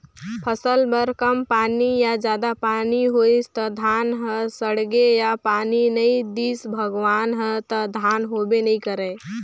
फसल बर कम पानी या जादा पानी होइस त धान ह सड़गे या पानी नइ दिस भगवान ह त धान होबे नइ करय